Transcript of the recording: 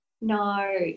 No